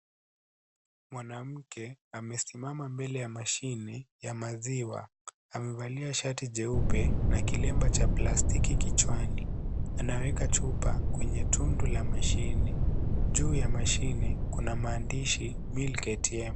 Mwanamke amesimama mbele ya mashine ya maziwa. Amevalia sharti jeupe na kilemba cha plastiki kichwani. Anaweka chupa kwenye tundu la mashine. Juu ya mashine kuna maandishi milk ATM.